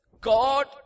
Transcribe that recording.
God